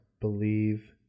believe